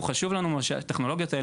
טכנולוגיות,